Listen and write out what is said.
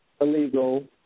illegal